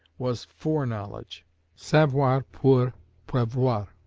was fore knowledge savoir, pour prevoir.